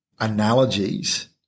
analogies